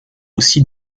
aussi